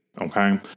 Okay